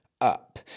up